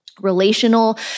relational